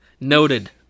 Noted